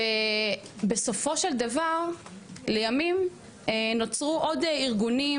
בסופו של דבר לימים נוצרו עוד ארגונים